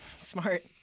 smart